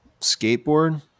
skateboard